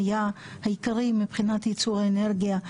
היה העיקרי מבחינת יצור האנרגיה.